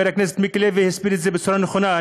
חבר הכנסת מיקי לוי הסביר בצורה נכונה.